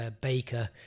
baker